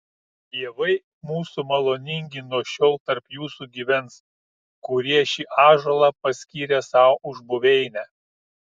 dievai mūsų maloningi nuo šiol tarp jūsų gyvens kurie šį ąžuolą paskyrė sau už buveinę